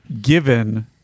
Given